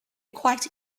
quite